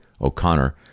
O'Connor